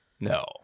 No